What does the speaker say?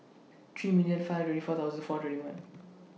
three million five twenty four thousand four twenty one